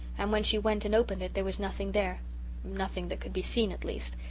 and when she went and opened it there was nothing there nothing that could be seen, at least.